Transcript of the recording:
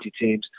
teams